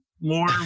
more